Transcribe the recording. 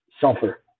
sulfur